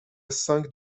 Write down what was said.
cinq